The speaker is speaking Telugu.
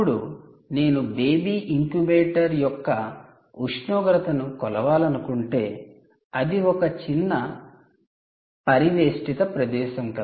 ఇప్పుడు నేను బేబీ ఇంక్యుబేటర్ యొక్క ఉష్ణోగ్రతను కొలవాలనుకుంటే అది ఒక చిన్న పరివేష్టిత ప్రదేశం